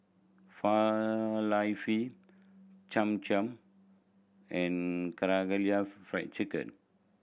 Falafel Cham Cham and Karaage Fried Chicken